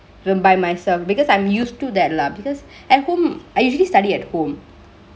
I'm by myself because I'm used to that lah because at home I usually study at home